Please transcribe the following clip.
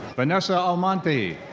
vanessa almonte.